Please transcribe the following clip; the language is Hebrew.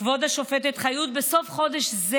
כבוד השופטת חיות בסוף חודש זה.